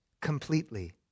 completely